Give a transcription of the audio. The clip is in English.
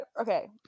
Okay